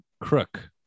crook